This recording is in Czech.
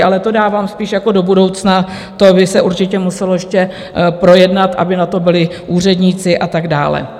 Ale to dávám spíš jako do budoucna, to by se určitě muselo ještě projednat, aby na to byli úředníci, a tak dále.